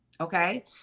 Okay